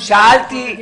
רפואה שלימה.